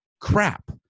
crap